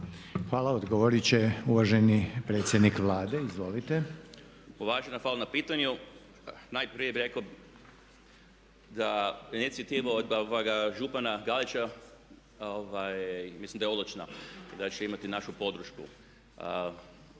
Hvala. Odgovorit će uvaženi predsjednik Vlade. Izvolite. **Orešković, Tihomir** Uvažena, hvala na pitanju. Najprije bih rekao da inicijativu od župana Galića mislim da je odlična i da će imati našu podršku.